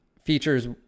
features